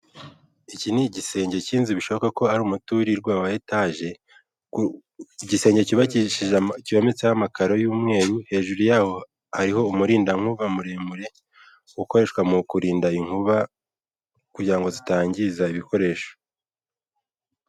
Iki ni igisenge cy'inzu bishoboka ko ari umuturirwa wa etage ku igisenge cyometseho amakaro y'umweru hejuru yaho hariho umurindankuba muremure ukoreshwa mu kurinda inkuba kugira ngo zitangiza ibikoresho.